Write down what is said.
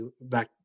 back